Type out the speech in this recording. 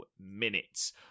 minutes